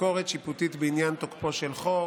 (ביקורת שיפוטית בעניין תוקפו של חוק).